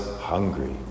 hungry